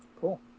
Cool